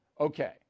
Okay